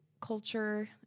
culture